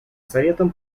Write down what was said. советом